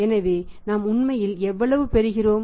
எனவே நாம் உண்மையில் எவ்வளவு பெறுகிறோம்